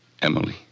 Emily